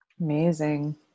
Amazing